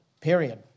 period